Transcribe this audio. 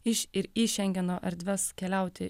iš ir į šengeno erdves keliauti